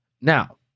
Now